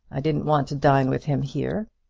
i didn't want to dine with him here.